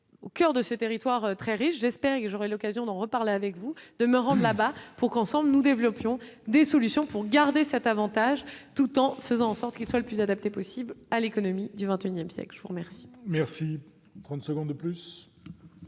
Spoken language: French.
au coeur de ces territoires très riche, j'espère que j'aurai l'occasion d'en reparler avec vous de me rendent là-bas pour qu'ensemble nous développions des solutions pour garder cet Avantage, tout en faisant en sorte qu'il soit le plus adapté possible à l'économie du XXIe siècle. Je vous remercie,